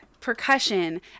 percussion